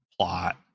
plot